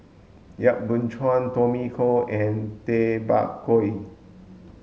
Yap Boon Chuan Tommy Koh and Tay Bak Koi